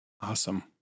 Awesome